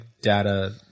data